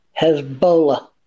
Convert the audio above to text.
Hezbollah